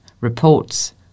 reports